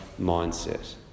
mindset